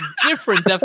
different